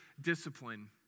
discipline